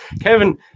kevin